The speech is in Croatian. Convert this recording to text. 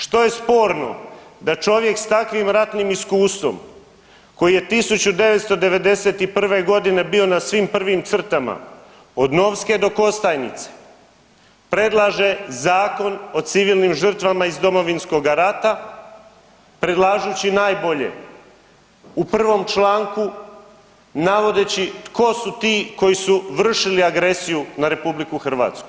Što je sporno da čovjek sa takvim ratnim iskustvom koji je 1991. godine bio na svim prvim crtama od Novske do Kostajnice predlaže Zakon o civilnim žrtvama iz Domovinskoga rata predlažući najbolje u prvom članku navodeći tko su ti koji su vršili agresiju na RH?